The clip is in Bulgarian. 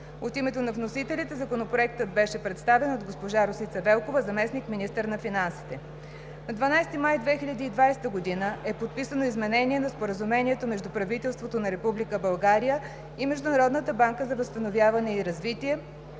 От името на вносителите Законопроектът беше представен от госпожа Росица Велкова – заместник-министър на финансите. На 12 май 2020 г. е подписано Изменение на Споразумението между правителството на Република България и Международната банка за възстановяване и развитие